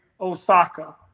Osaka